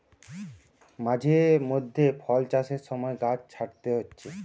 মাঝে মধ্যে ফল চাষের সময় গাছ ছাঁটতে হচ্ছে